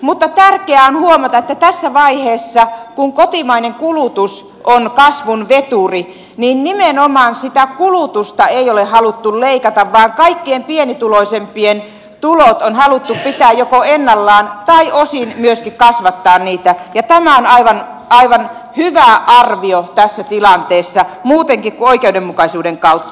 mutta tärkeää on huomata että tässä vaiheessa kun kotimainen kulutus on kasvun veturi nimenomaan sitä kulutusta ei ole haluttu leikata vaan kaikkien pienituloisempien tulot on haluttu joko pitää ennallaan tai osin myöskin kasvattaa niitä ja tämä on aivan hyvä arvio tässä tilanteessa muutenkin kuin oikeudenmukaisuuden kautta